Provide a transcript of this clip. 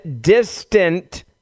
distant